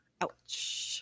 Ouch